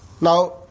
Now